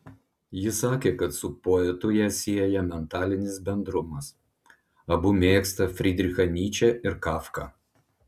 ji sakė kad su poetu ją sieja mentalinis bendrumas abu mėgsta frydrichą nyčę ir kafką